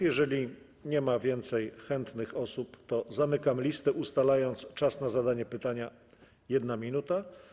Jeżeli nie ma więcej chętnych osób, to zamykam listę, ustalając czas na zadanie pytania - 1 minuta.